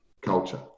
culture